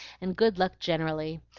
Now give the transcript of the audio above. and good luck generally.